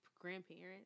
grandparents